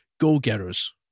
go-getters